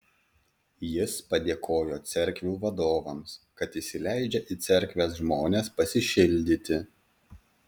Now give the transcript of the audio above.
jis padėkojo cerkvių vadovams kad įsileidžia į cerkves žmones pasišildyti